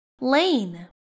lane